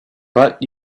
but